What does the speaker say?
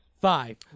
five